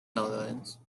netherlands